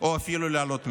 או אפילו להעלות מיסים.